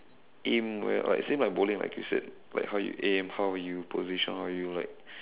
aim where like same like bowling like you said like how you aim how you position how you like